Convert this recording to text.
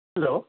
hello